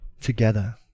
together